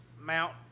Mount